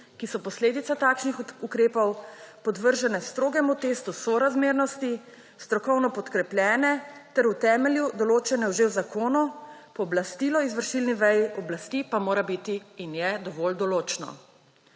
ki so posledica takšnih ukrepov, podvržene strogemu testu sorazmernosti, strokovno podkrepljene ter v temelju določene že v zakonu, pooblastilo izvršilni veji oblasti pa mora biti in je dovolj določno.